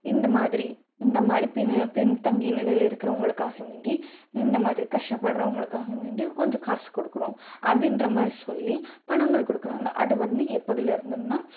இந்தமாதிரி இந்தமாதிரி பின் பின்தங்கிய நிலையில இருக்கிறவங்களுக்காக வேண்டி இந்தமாதிரி கஷ்டப்படுறவங்களுக்காக வேண்டி கொஞ்சம் காசு கொடுக்குறோம் அப்படின்றமாரி சொல்லி பணங்கள் கொடுக்குறாங்க அது வந்து எப்போதிலருந்துன்னா